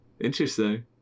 Interesting